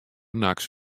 nachts